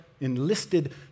enlisted